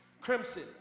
Crimson